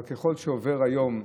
אבל ככל שעובר היום,